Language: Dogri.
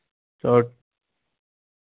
और